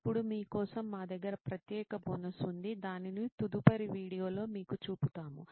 ఇప్పుడు మీ కోసం మా దగ్గర ప్రత్యేక బోనస్ ఉంది దానిని తదుపరి వీడియోలో మీకు చూపుతాము